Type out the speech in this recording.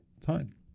time